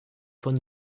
von